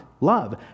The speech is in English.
love